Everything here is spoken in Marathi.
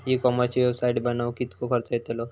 ई कॉमर्सची वेबसाईट बनवक किततो खर्च येतलो?